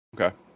Okay